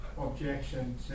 objection